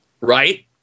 Right